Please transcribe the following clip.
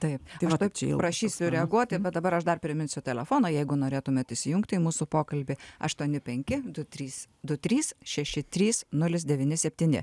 taip aš tuoj prašysiu reaguoti bet dabar aš dar priminsiu telefoną jeigu norėtumėt įsijungti į mūsų pokalbį aštuoni penki du trys du trys šeši trys nulis devyni septyni